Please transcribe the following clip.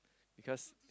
because